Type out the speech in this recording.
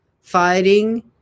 fighting